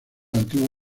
antiguo